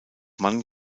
mann